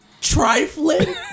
trifling